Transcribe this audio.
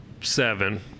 seven